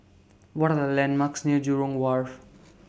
What Are The landmarks near Jurong Wharf